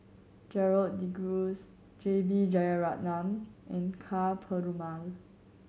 Gerald De Cruz J B Jeyaretnam and Ka Perumal